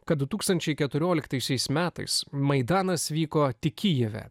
kad du tūkstančiai keturioliktaisiais metais maidanas vyko tik kijeve